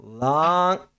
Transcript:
Long